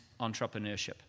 entrepreneurship